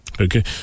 Okay